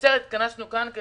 התכנסנו כאן, גם